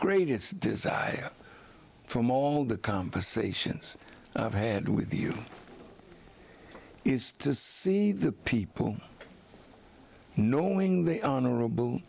greatest desire from all the conversations i've had with you is to see the people knowing the honorable